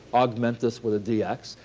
augment this with a dx.